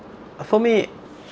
for me